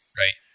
right